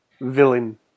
villain